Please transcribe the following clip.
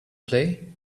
play